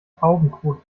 taubenkot